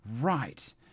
right